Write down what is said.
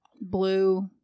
Blue